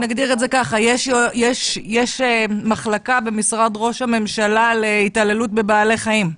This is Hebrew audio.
יש מחלקה במשרד ראש הממשלה להתעללות בבעלי חיים.